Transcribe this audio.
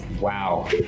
Wow